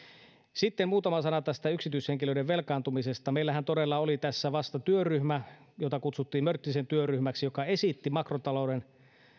sitten muutama sana tästä yksityishenkilöiden velkaantumisesta meillähän todella oli tässä vasta työryhmä jota kutsuttiin mörttisen työryhmäksi joka esitti makrotalouden